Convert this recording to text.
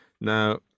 now